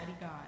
God